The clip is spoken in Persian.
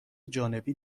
جانبی